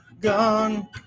gone